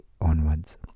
onwards